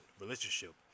relationship